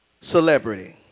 celebrity